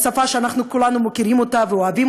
היא שפה שאנחנו כולנו מכירים ואוהבים?